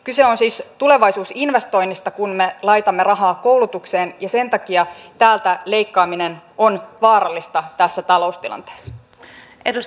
kyse on siis tulevaisuusinvestoinnista kun me laitamme rahaa koulutukseen ja sen takia täältä leikkaaminen on vaarallista tässä taloustilanteessa